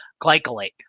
glycolate